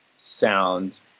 sound